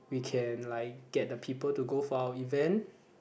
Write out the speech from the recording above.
we can like get the people to go for our event